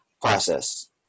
process